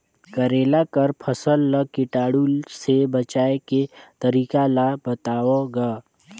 करेला कर फसल ल कीटाणु से बचाय के तरीका ला बताव ग?